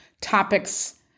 topics